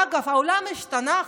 אגב, חברים, העולם השתנה.